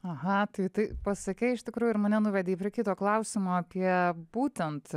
aha tai taip pasakei iš tikrųjų ir mane nuvedei prie kito klausimo apie būtent